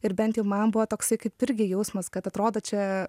ir bent jau man buvo toksai kaip irgi jausmas kad atrodo čia